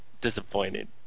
Disappointed